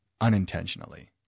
unintentionally